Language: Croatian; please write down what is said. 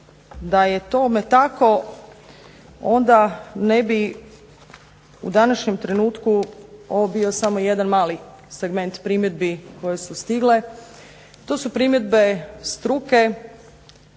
Da je tome tako onda ne bi u današnjem trenutku ovo bio samo jedan mali segment primjedbi koje su stigle. To su primjedbe struke,